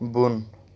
بۄن